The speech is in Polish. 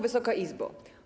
Wysoka Izbo!